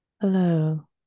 Hello